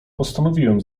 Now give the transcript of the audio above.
postanowiłem